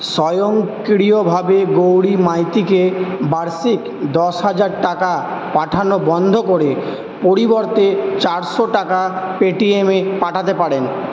স্বয়ংক্রিয়ভাবে গৌরী মাইতিকে বার্ষিক দশ হাজার টাকা পাঠানো বন্ধ করে পরিবর্তে চারশো টাকা পেটিএমে পাঠাতে পারেন